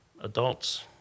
adults